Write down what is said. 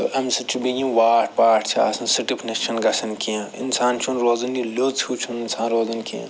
تہٕ اَمہِ سۭتۍ چھِ بیٚیہِ یِم واٹھ پاٹھ چھِ آسان سِٹِپھنٮ۪س چھَنہٕ گَژھان کیٚنٛہہ اِنسان چھُنہٕ روزان یہِ لیوٚژ ہیوٗ چھُنہٕ اِنسان روزان کیٚنٛہہ